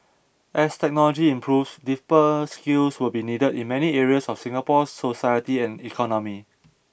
as technology improves deeper skills will be needed in many areas of Singapore's society and economy